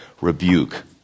Rebuke